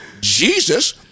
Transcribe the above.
Jesus